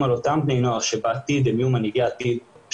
על אותם בני נוער שבעתיד יהיו מנהיגי העתיד,